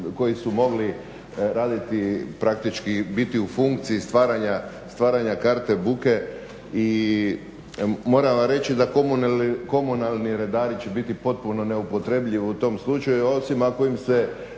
koji su mogli raditi praktički, biti u funkciji stvaranja karte bude. I moram vam reći da komunalni redari će biti potpuno neupotrjebljivi u tom slučaju osim ako im se